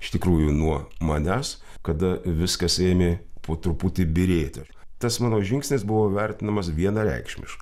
iš tikrųjų nuo manęs kada viskas ėmė po truputį byrėti tas mano žingsnis buvo vertinamas vienareikšmiškai